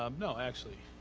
um no. actually.